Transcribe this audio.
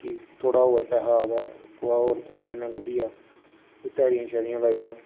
कि थोह्ड़ा होर पैहा आवै कुसै होर तरीके कन्नै लब्भी जाऽ कोई ध्याड़ियां श्याड़ियां लाई जान